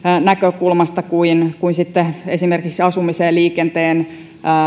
näkökulmasta kuin kuin sitten esimerkiksi asumisen liikenteen